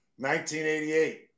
1988